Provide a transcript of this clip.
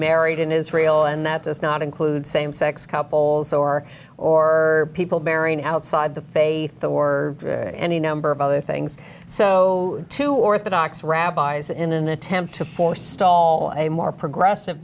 married in israel and that does not include same sex couples or or people marrying outside the faith or any number of other things so to orthodox rabbis in an attempt to forestall a more progressive